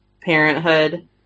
Parenthood